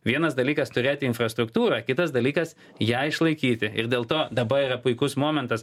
vienas dalykas turėti infrastruktūrą kitas dalykas ją išlaikyti ir dėl to dabar yra puikus momentas